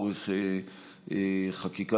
בעקבות דיון